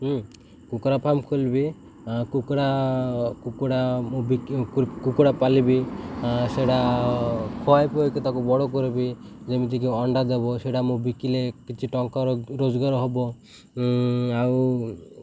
କୁକୁଡ଼ା ଫାର୍ମ ଖୋଲିବି କୁକୁଡ଼ା କୁକୁଡ଼ା ମୁଁ ବିକି କୁକୁଡ଼ା ପାଳିବି ସେଇଟା ଖୁଆାଇ ପିଆଇକି ତାକୁ ବଡ଼ କରିବି ଯେମିତିକି ଅଣ୍ଡା ଦେବ ସେଟା ମୁଁ ବିକିଲେ କିଛି ଟଙ୍କା ରୋଜଗାର ହେବ ଆଉ